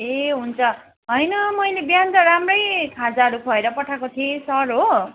ए हुन्छ होइन मैले बिहान त राम्रै खाजाहरू खुवाएर पठाएको थिएँ सर हो